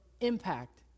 impact